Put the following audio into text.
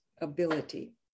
ability